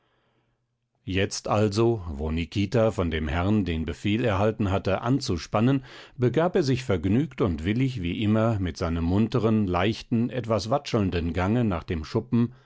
jetzt also wo nikita von dem herrn den befehl erhalten hatte anzuspannen begab er sich vergnügt und willig wie immer mit seinem munteren leichten etwas watschelnden gange nach dem schuppen